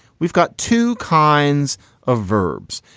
we've got two kinds of verbs.